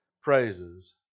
praises